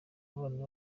abantu